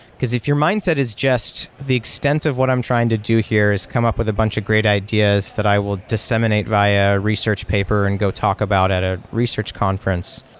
because if your mindset is just the extent of what i'm trying to do here is come up with a bunch of great ideas that i will disseminate via research paper and go talk about at a research conference,